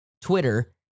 Twitter